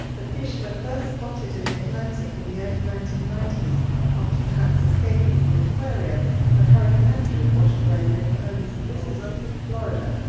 the fish were first spotted in the atlantic in the early nineteen ninety s after perhaps escaping from aquaria when hurricane andrew washed away many homes and businesses in florida.